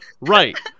right